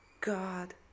God